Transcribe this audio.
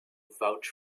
vouch